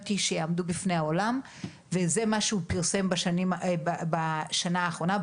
כשיעמדו בפני העולם וזה מה שהוא פרסם בשנה האחרונה,